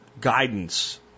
guidance